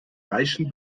reichen